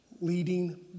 leading